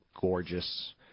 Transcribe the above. gorgeous